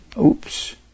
oops